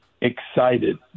excited